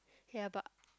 ya but